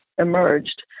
emerged